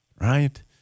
right